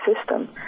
system